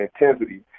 intensity